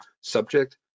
subject